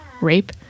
rape